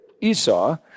Esau